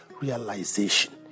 realization